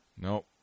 nope